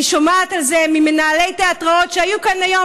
אני שומעת על זה ממנהלי תיאטראות שהיו כאן היום,